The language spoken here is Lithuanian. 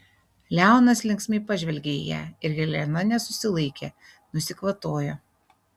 leonas linksmai pažvelgė į ją ir helena nesusilaikė nusikvatojo